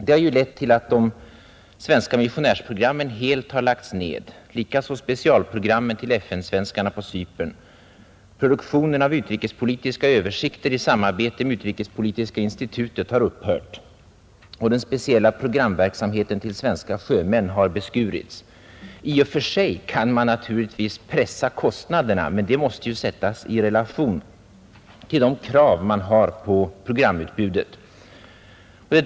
Det har lett till att de svenska missionärsprogrammen helt har lagts ned, likaså specialprogrammen till FN-svenskarna på Cypern. Produktionen av utrikespolitiska översikter i samarbete med utrikespolitiska institutet har upphört, och den speciella programverksamheten för svenska sjömän har beskurits. I och för sig kan man naturligtvis pressa kostnaderna, men det måste sättas i relation till de krav man har på programutbudet.